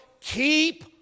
Keep